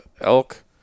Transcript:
Elk